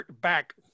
back